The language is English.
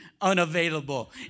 unavailable